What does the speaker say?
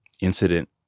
incident